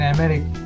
America